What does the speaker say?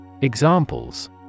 Examples